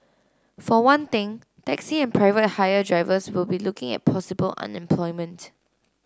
for one thing taxi and private hire drivers will be looking at possible unemployment